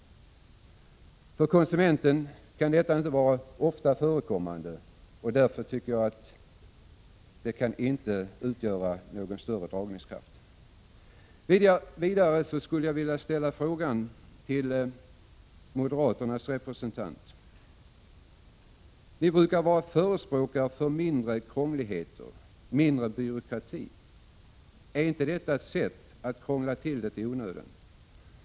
För konsumenten kan detta — att återlämna batterier — inte vara något ofta förekommande. Därför kan ett sådant system inte ha någon större dragningskraft. Vidare skulle jag vilja ställa frågan till moderaternas representant: Ni brukar vara förespråkare för mindre krångligheter, mindre byråkrati. Ärinte detta ett sätt att krångla till det hela i onödan?